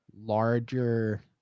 larger